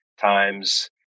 times